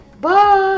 Bye